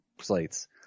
slates